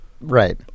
right